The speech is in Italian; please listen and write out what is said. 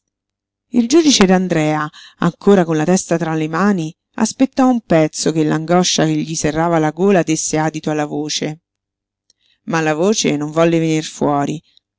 il giudice d'andrea ancora con la testa tra le mani aspettò un pezzo che l'angoscia che gli serrava la gola desse adito alla voce ma la voce non volle venir fuori